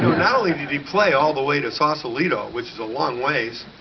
not only did he play all the way to sausalito, which is a long ways,